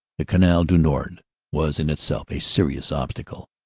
the canal du nord was in itself a serious obstacle.